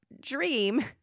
dream